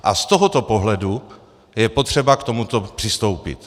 A z tohoto pohledu je potřeba k tomuto přistoupit.